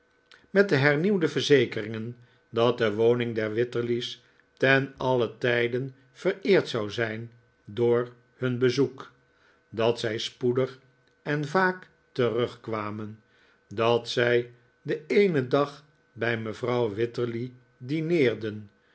met hernieuwde verzekeringen dat de woning der wititterly's ten alien tijde vereerd zou zijn door hun bezoek dat zij spoedig en vaak terugkwamen dat zij den eenen dag bij mevrouw wititterly dineerden